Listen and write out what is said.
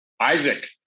Isaac